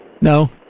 No